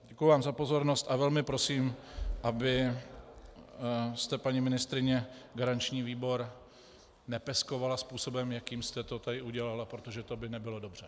Děkuji vám za pozornost a velmi prosím, abyste, paní ministryně, garanční výbor nepeskovala způsobem, jakým jste to tady udělala, protože to by nebylo dobře.